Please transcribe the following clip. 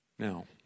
Now